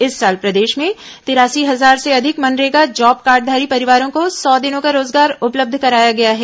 इस साल प्रदेश में तिरासी हजार से अधिक मनरेगा जॉब कार्डधारी परिवारों को सौ दिनों का रोजगार उपलब्ध कराया गया है